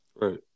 Right